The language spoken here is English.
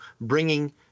bringing